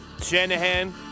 Shanahan